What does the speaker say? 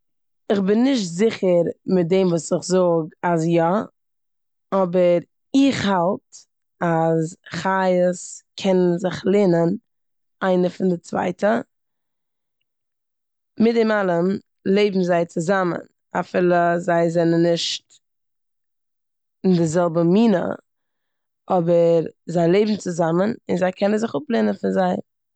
כ'בין נישט זיכער מיט דעם וואס איך זאג אז יא אבער איך האלט חיות קענען זיך לערנען איינער פון די צווייטע. מיט דעם אלעם לעבן זיי צוזאמען, אפילו זיי זענען נישט און די זעלבע מינע אבער זיי לעבן צוזאמען און זיי קענען זיך אפרוען פון זיי.